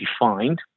defined